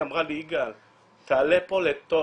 היא אמרה לי "תעלה פה לתוש".